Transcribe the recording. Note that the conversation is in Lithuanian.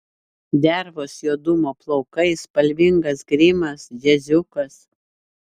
dervos juodumo plaukai spalvingas grimas džiaziukas